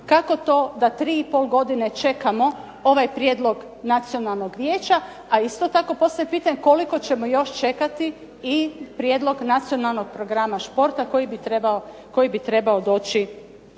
kako to da 3,5 godine čekamo ovaj prijedlog Nacionalnog vijeća? A isto tako postavljam pitanje koliko ćemo još čekati i prijedlog Nacionalnog programa športa koji bi trebao doći